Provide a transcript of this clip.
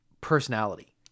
personality